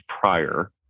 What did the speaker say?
prior